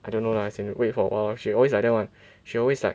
I don't know lah as in you wait for awhile she always like that one she always like